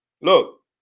Look